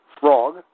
Frog